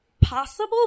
Possible